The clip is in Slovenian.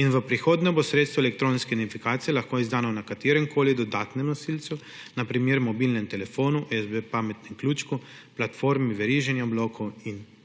in v prihodnje bo sredstvo elektronske identifikacije lahko izdano na kateremkoli dodanem nosilcu, na primer mobilnem telefonu, pametnem ključku USB, platformi veriženja blokov in podobno.